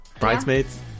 Bridesmaids